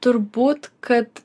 turbūt kad